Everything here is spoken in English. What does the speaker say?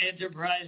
enterprise